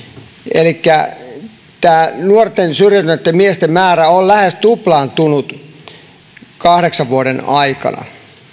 elikkä tämä nuorten syrjäytyneitten miesten määrä on lähes tuplaantunut kahdeksan vuoden aikana